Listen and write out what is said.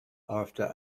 after